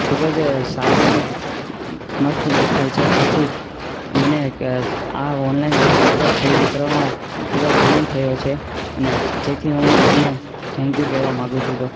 ખૂબ જ સારું અને મસ્ત દેખાય છે જેથી મને આ ઓનલાઈન વેબસાઈડ પર ખરીદી કરવામાં ખૂબ જ આનંદ થયો છે અને જેથી હું તમને થેન્ક યુ કહેવા માંગુ છું તો